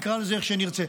נקרא לזה איך שנרצה.